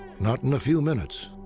not in a few minutes,